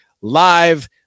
live